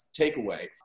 takeaway